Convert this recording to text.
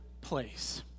place